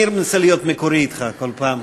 אני מנסה להיות מקורי אתך בכל פעם,